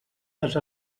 les